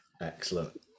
Excellent